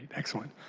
excellent.